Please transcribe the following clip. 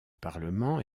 parlement